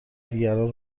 دیگران